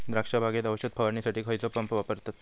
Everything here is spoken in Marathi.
द्राक्ष बागेत औषध फवारणीसाठी खैयचो पंप वापरतत?